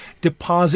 deposit